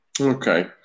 Okay